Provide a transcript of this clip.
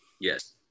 Yes